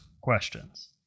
questions